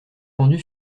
fendue